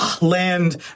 land